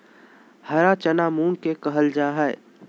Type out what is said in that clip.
हरा चना मूंग के कहल जा हई